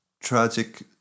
tragic